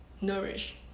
nourish